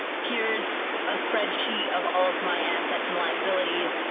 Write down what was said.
here's a spreadsheet of all of my assets and liabilities.